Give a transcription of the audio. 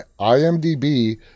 IMDB